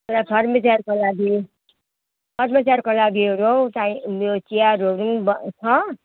एउडा फर्निचरको लागि फर्निचरको लागि हरू हौ चाहिँ यो चियरहरू पनि ब छ